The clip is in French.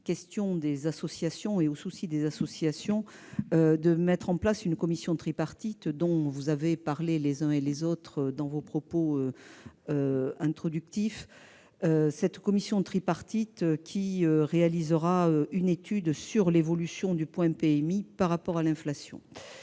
décidé de répondre au souci des associations en mettant en place une commission tripartite, que vous avez les uns et les autres évoquée dans vos propos introductifs. Cette commission tripartite réalisera une étude sur l'évolution du point de PMI par rapport à l'inflation.